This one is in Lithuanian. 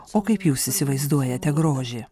o kaip jūs įsivaizduojate grožį